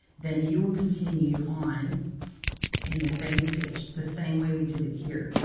then you will continue on in the same stitch the same way we did it here.